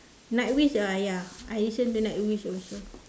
night wish uh ya I listen to night wish also